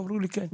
אמרו לי, כן.